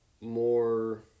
more